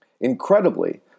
Incredibly